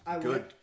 Good